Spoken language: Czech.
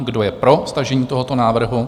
Kdo je pro stažení tohoto návrhu?